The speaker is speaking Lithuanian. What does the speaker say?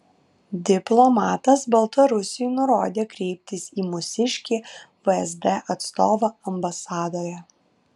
diplomatas baltarusiui nurodė kreiptis į mūsiškį vsd atstovą ambasadoje